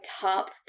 top